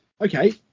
Okay